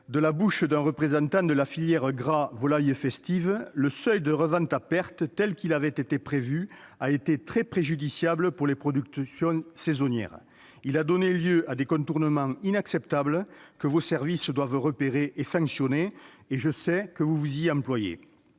de la bouche d'un représentant de la filière « gras-volailles festives »: le seuil de revente à perte a été très préjudiciable pour les productions saisonnières. Il a donné lieu à des contournements inacceptables que vos services doivent repérer et sanctionner. Je sais que vous vous y employez.